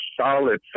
solid